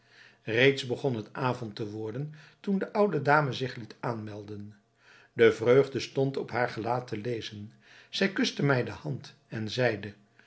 reeds begon het avond te worden toen de oude dame zich liet aanmelden de vreugde stond op haar gelaat te lezen zij kuste mij de hand en zeide